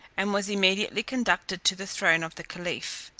and was immediately conducted to the throne of the caliph.